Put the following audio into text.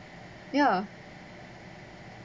ya